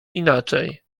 inaczej